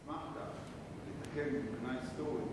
לתקן מבחינה היסטורית.